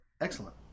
Excellent